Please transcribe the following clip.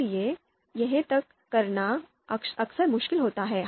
इसलिए यह तय करना अक्सर मुश्किल होता है